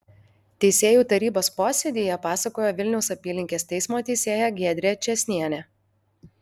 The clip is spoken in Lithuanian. teisėjų tarybos posėdyje pasakojo vilniaus apylinkės teismo teisėja giedrė čėsnienė